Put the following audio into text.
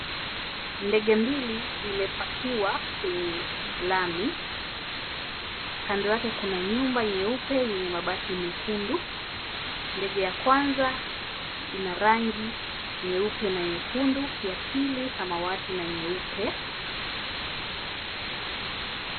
Ndege mbili zimepakiwa kwenye lami. Kando yake kuna nyumba nyeupe yenye mabati mekundu. Ndege ya kwanza ina rangi nyeupe na nyekundu ya pili samawati na nyeupe.